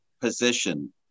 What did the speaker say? position